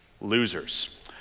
losers